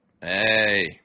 Hey